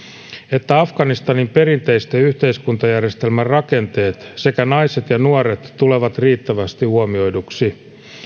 että afganistanin perinteisen yhteiskuntajärjestelmän rakenteet sekä naiset ja nuoret tulevat riittävästi huomioiduksi